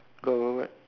got a what